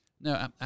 No